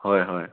হয় হয়